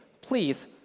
please